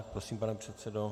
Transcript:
Prosím, pane předsedo.